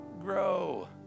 grow